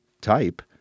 type